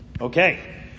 okay